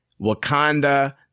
Wakanda